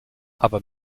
aber